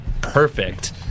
perfect